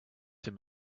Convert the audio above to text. him